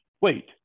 wait